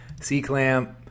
C-Clamp